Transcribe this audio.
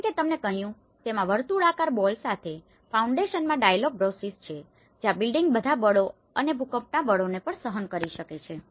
જેમ મેં તમને કહ્યું હતું તેમ આ વર્તુળાકાર બોલ સાથે ફાઉન્ડેશનમાં ડાયાગોનલ બ્રેસિંગ છે જ્યાં બિલ્ડીંગ બધા બળો અને ભૂકંપના બળોને પણ સહન કરી શકે છે